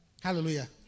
Hallelujah